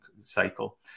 cycle